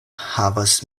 havas